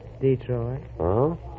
Detroit